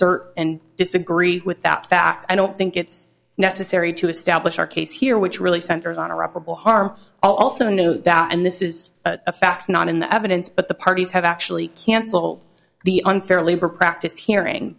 assert and disagree with that fact i don't think it's necessary to establish our case here which really centers honorable harm also know that and this is a fact not in the evidence but the parties have actually cancel the unfair labor practice hearing